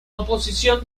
oposición